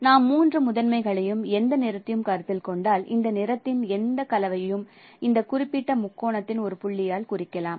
நாம் மூன்று முதன்மைகளையும் எந்த நிறத்தையும் கருத்தில் கொண்டால் இந்த நிறத்தின் எந்த கலவையும் இந்த குறிப்பிட்ட முக்கோணத்தின் ஒரு புள்ளியால் குறிக்கப்படலாம்